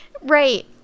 Right